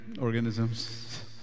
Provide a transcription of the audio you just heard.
organisms